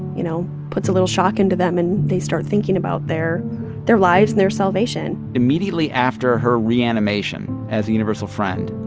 you know, puts a little shock into them and they start thinking about their their lives and their salvation immediately after her reanimation as the universal friend,